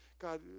God